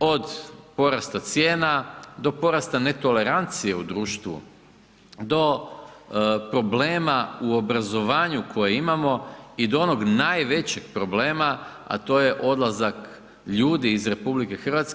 Od porasta cijena do porasta netolerancije u društvu, do problema u obrazovanju koje imamo i do onog najvećeg problema, a to je odlazak ljudi iz RH,